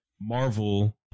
Marvel